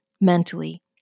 mentally